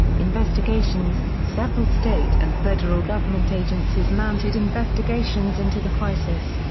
investigations several state and federal government agencies mounted investigations into the crisis,